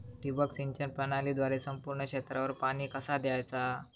ठिबक सिंचन प्रणालीद्वारे संपूर्ण क्षेत्रावर पाणी कसा दयाचा?